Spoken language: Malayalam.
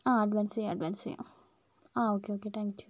ആ അഡ്വാൻസ് ചെയ്യാം അഡ്വാൻസ് ചെയ്യാം ആ ഓക്കെ ഓക്കെ താങ്ക് യൂ